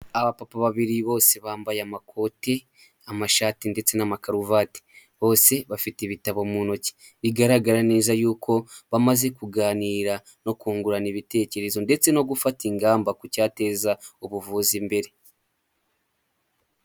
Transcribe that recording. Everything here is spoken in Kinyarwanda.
Abapapa babiri bose bambaye amakoti, amashati, ndetse n'amakaruvati, bose bafite ibitabo mu ntoki, bigaragara neza yuko bamaze kuganira, no kungurana ibitekerezo, ndetse no gufata ingamba ku icyateza ubuvuzi imbere.